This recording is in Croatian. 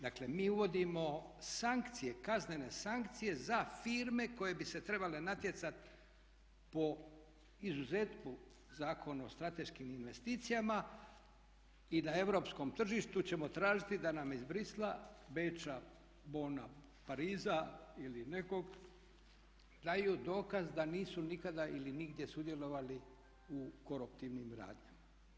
Dakle, mi uvodimo sankcije, kaznene sankcije za firme koje bi se trebale natjecati po izuzetku Zakona o strateškim investicijama i na europskom tržištu ćemo tražiti da nam iz Bruxellesa, Beča, Bonna, Pariza ili nekog daju dokaz da nisu nikada ili nigdje sudjelovali u koruptivnim radnjama.